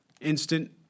Instant